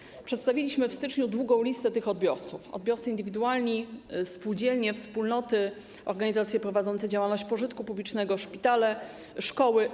W styczniu przedstawiliśmy długą listę tych odbiorców: odbiorcy indywidualni, spółdzielnie, wspólnoty, organizacje prowadzące działalność pożytku publicznego, szpitale, szkoły.